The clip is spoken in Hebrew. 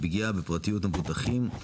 פגיעה בפרטיות המבוטחים,